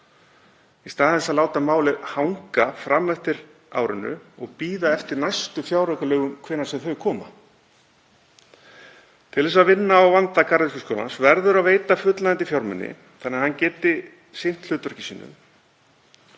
í stað þess að láta málið hanga fram eftir árinu og bíða eftir næstu fjáraukalögum, hvenær sem þau koma. Til þess að vinna á vanda Garðyrkjuskólans verður að veita fullnægjandi fjármuni þannig að hann geti sinnt hlutverki sínu.